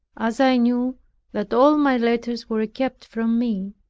as i knew that all my letters were kept from me,